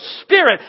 Spirit